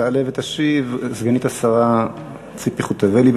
תעלה ותשיב סגנית השר ציפי חוטובלי.